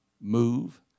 move